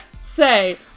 say